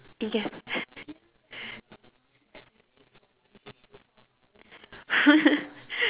ike~